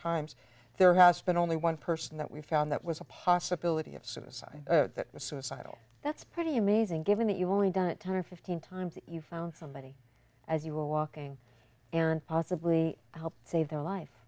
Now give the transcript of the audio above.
times there has been only one person that we found that was a possibility of suicide that was suicidal that's pretty amazing given that you only done it time fifteen times you found somebody as you were walking and possibly help save their life